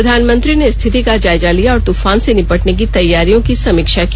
प्रधानमंत्री ने स्थिति का जायजा लिया और तूफान से निपटने की तैयारियों की समीक्षा की